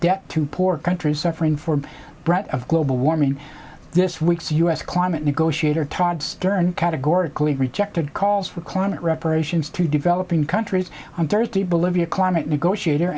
debt to poor countries suffering for breath of global warming this week's u s climate negotiator todd stern categorically rejected calls for climate reparations to developing countries on thursday bolivia climate negotiator